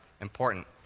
important